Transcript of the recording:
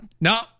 No